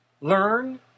learn